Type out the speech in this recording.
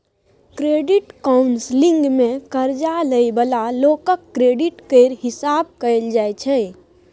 credit counselling मे कर्जा लइ बला लोकक क्रेडिट केर हिसाब कएल जाइ छै